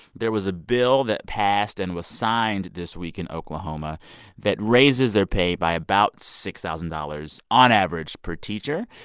there was a bill that passed and was signed this week in oklahoma that raises their pay by about six thousand dollars on average per teacher.